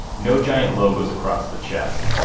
no giant logos across the chest.